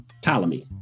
Ptolemy